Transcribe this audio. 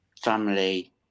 Family